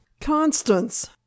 constance